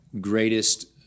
greatest